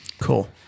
Cool